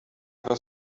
was